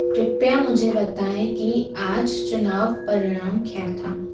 कृपया मुझे बताएँ कि आज चुनाव परिणाम क्या था